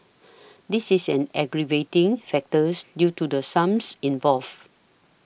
this is an aggravating factors due to the sums involved